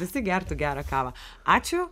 visi gertų gerą kavą ačiū